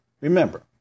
Remember